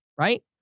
right